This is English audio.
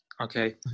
Okay